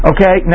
Okay